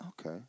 okay